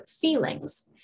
feelings